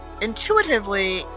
intuitively